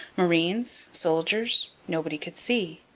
marines? soldiers? nobody could see.